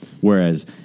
whereas